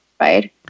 right